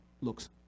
looks